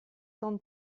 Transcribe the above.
temps